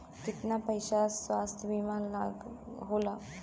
कितना पैसे का स्वास्थ्य बीमा होला?